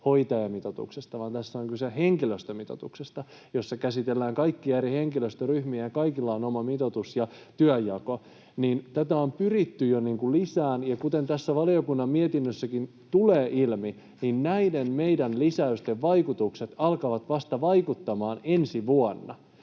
hoitajamitoituksesta, vaan tässä on kyse henkilöstömitoituksesta, jossa käsitellään kaikkia eri henkilöstöryhmiä, ja kaikilla on oma mitoitus ja työnjako. Tätä on pyritty jo lisäämään, ja kuten tässä valiokunnan mietinnössäkin tulee ilmi, niin näiden meidän lisäystemme vaikutukset alkavat vaikuttamaan vasta ensi vuonna.